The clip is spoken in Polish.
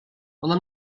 ona